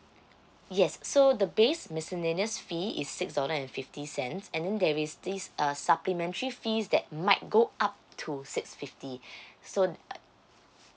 yes so the base miscellaneous fee is six dollar and fifty cents and then there is this uh supplementary fees that might go up to six fifty so uh